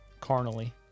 carnally